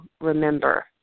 remember